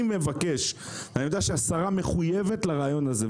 אני מבקש אני יודע שהשרה מחויבת לרעיון הזה,